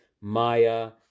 maya